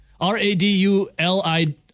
R-A-D-U-L-I